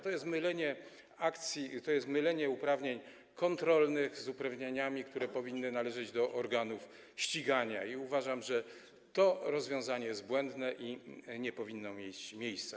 To jest mylenie akcji, to jest mylenie uprawnień kontrolnych z uprawnieniami, które powinny należeć do organów ścigania, i uważam, że to rozwiązanie jest błędne i nie powinno mieć miejsca.